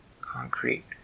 concrete